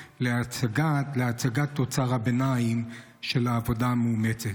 להצגת תוצר הביניים של העבודה המאומצת.